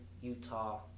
Utah